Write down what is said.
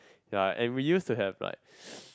ya and we used to have like